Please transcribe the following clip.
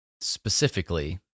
specifically